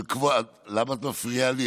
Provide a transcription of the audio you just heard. למה את מפריעה לי?